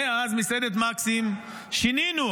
מאז מסעדת מקסים שינינו,